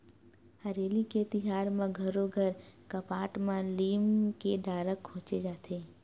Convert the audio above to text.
हरेली के तिहार म घरो घर कपाट म लीम के डारा खोचे जाथे